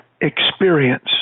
experience